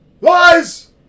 Lies